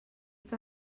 que